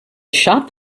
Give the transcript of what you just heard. shop